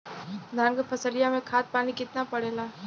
धान क फसलिया मे खाद पानी कितना पड़े ला?